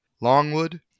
Longwood